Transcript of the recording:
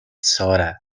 soda